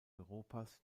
europas